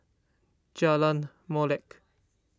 Jalan Molek